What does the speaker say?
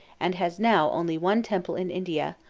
and has now only one temple in india,